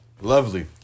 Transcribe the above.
lovely